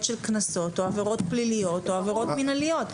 קנסות או עבירות פליליות או עבירות מינהליות.